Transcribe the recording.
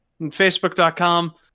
Facebook.com